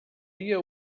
dia